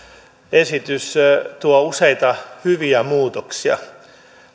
esitys tuo useita hyviä muutoksia